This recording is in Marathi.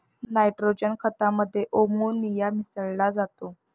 नायट्रोजन खतामध्ये अमोनिया मिसळा जातो